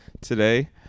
Today